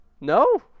No